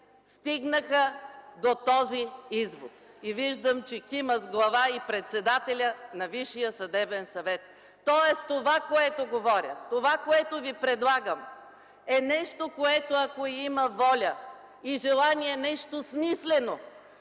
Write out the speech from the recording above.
стигнаха до този извод. Виждам, че кима с глава и председателят на Висшия съдебен съвет. Тоест това, което говоря, това, което ви предлагам, е нещо, което, ако има воля и желание нещо смислено,